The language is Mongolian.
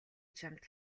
чамд